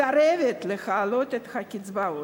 מסרבת להעלות את הקצבאות,